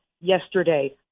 yesterday